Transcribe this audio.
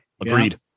Agreed